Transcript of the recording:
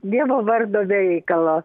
dievo vardo be reikalo